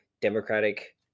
Democratic